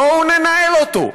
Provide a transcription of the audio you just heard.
בואו ננהל אותו.